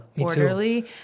orderly